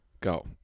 go